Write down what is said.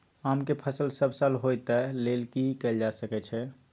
आम के फसल सब साल होय तै लेल की कैल जा सकै छै?